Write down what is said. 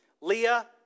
Leah